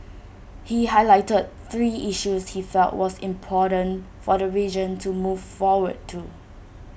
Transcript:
he highlighted three issues he felt was important for the region to move forward to